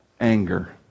anger